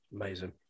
Amazing